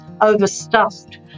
overstuffed